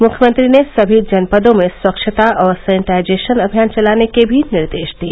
मुख्यमंत्री ने सभी जनपदों में स्वच्छता और सैनिटाइजेशन अभियान चलाने के भी निर्देश दिए